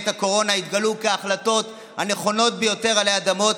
הקורונה התגלו כהחלטות הנכונות ביותר עלי אדמות.